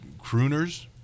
crooners